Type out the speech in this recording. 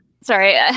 Sorry